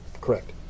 Correct